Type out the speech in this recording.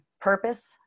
purpose